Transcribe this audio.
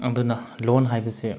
ꯑꯗꯨꯅ ꯂꯣꯟ ꯍꯥꯏꯕꯁꯦ